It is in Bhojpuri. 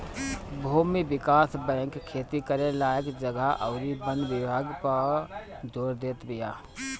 भूमि विकास बैंक खेती करे लायक जगह अउरी वन विकास पअ जोर देत बिया